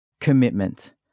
Commitment